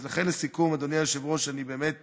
לכן, לסיכום, אדוני היושב-ראש, אני באמת